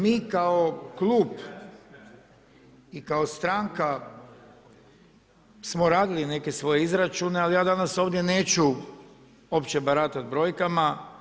Mi kao klub i kao stranka smo radili neke svoje izračune, ali ja danas ovdje neću baratati brojkama.